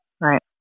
Right